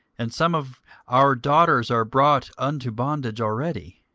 and some of our daughters are brought unto bondage already